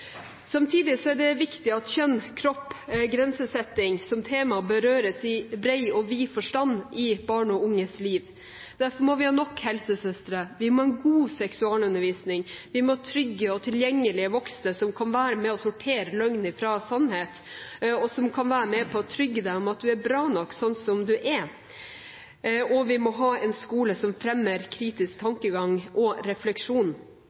Samtidig er det viktig at kjønn, kropp og grensesetting som tema berøres i bred og vid forstand i barn og unges liv. Derfor må vi ha nok helsesøstre, vi må ha en god seksualundervisning, vi må ha trygge og tilgjengelige voksne som kan være med og sortere løgn fra sannhet, og som kan være med på å gjøre dem trygge på at de er bra nok sånn som de er. Vi må ha en skole som fremmer kritisk tankegang og refleksjon.